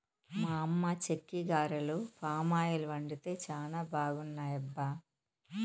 మా అమ్మ చెక్కిగారెలు పామాయిల్ వండితే చానా బాగున్నాయబ్బా